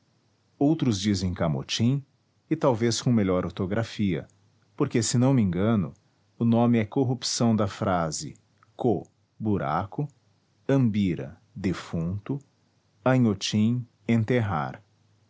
outros dizem camotim e talvez com melhor ortografia porque se não me engano o nome é corrupção da frase co buraco ambira defunto anhotim enterrar